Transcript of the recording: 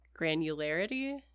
granularity